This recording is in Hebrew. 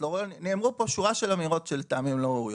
נאמרו פה שורה של אמירות שלטעמי הן לא ראויות.